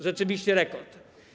Rzeczywiście rekord.